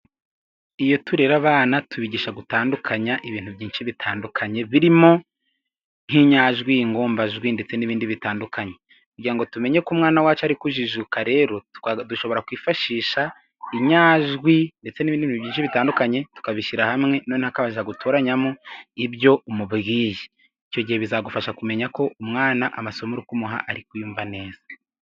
Iyo turera abana, tubigisha gutandukanya ibintu byinshi bitandukanye birimo nk'inyajwi ingombajwi ndetse n'ibindi bitandukanye. Kugira ngo tumenye ko umwana wacu ari kujijuka rero dushobora kwifashisha inyajwi ndetse n'ibinindi byinshi bitandukanye tukabishyira hamwe akaza gutoranyamo ibyo umubwiye cyo gihe bizagufasha kumenya ko umwana amasomo kumuha ari kuyumva neza.